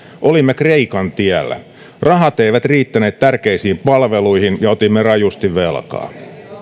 olimme kreikan tiellä rahat eivät riittäneet tärkeisiin palveluihin ja otimme rajusti velkaa